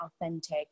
authentic